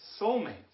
soulmates